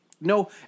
No